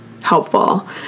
helpful